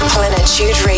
Plenitude